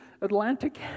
Atlantic